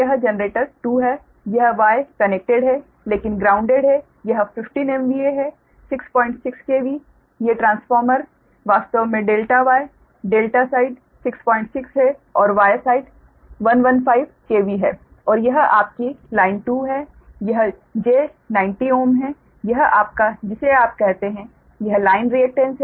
और यह जनरेटर 2 है यह Y कन्नेक्टेड है लेकिन ग्राउंडेड है यह 15 MVA है 66 KV ये ट्रांसफार्मर वास्तव में ∆ Y ∆ साइड 66 है और Y साइड 115 KV है और यह आपकी लाइन 2 है यह j90Ω है यह आपका जिसे आप कहते हैं यह लाइन रिएक्टेन्स है